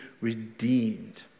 redeemed